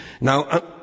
Now